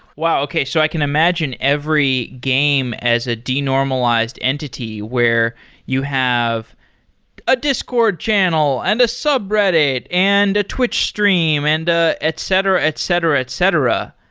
wow! okay, so i can imagine every game as a de-normalized entity where you have a discord channel, and a subreddit, and a twitch stream and the etc, etc, etc.